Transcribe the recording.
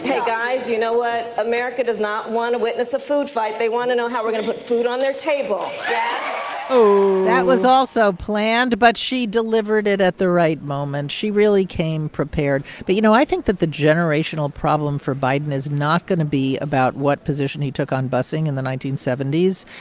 and guys, you know what? america does not want to witness a food fight. they want to know how we're going to put food on their table oooh that was also planned, but she delivered it at the right moment. she really came prepared. but, you know, i think that the generational problem for biden is not going to be about what position he took on busing in the nineteen seventy s.